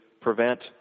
prevent